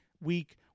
week